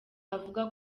avuga